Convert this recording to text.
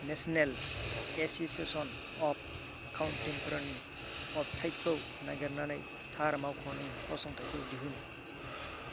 national association of contemporary website खौ नागिरनानै थार मावख'नि फसंथायखौ दिहुन